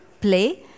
play